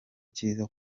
cyiza